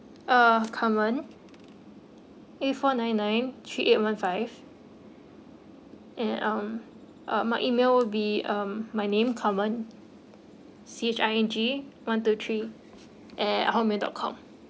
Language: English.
uh carmen eight four nine nine three eight one five and um my email will be um my name carmen C H I N G one two three at hot mail dot com